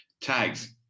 Tags